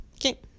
Okay